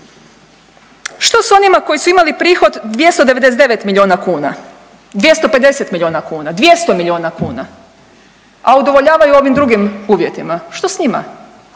Što s onima koji su imali prihod 299 milijuna kuna, 250 milijuna kuna, 200 milijuna kuna, a udovoljavaju ovim drugim uvjetima, što s njima?